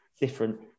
different